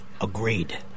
Agreed